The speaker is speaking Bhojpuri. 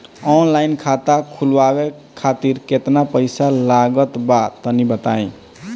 ऑनलाइन खाता खूलवावे खातिर केतना पईसा लागत बा तनि बताईं?